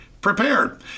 prepared